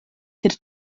sed